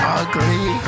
ugly